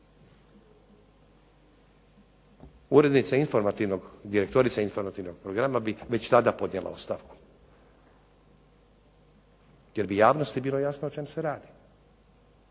na 24 sata, direktorica informativnog programa bi već tada podnijela ostavku jer bi javnosti bilo jasno o čemu se radi.